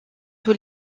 tous